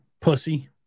Pussy